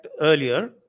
earlier